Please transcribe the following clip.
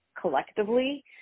collectively